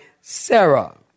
Sarah